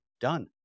done